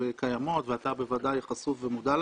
וקיימות ואתה בוודאי חשוף ומודע להן.